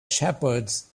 shepherds